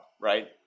right